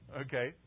Okay